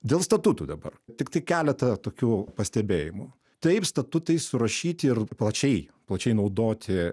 dėl statutų dabar tiktai keletą tokių pastebėjimų taip statutai surašyti ir plačiai plačiai naudoti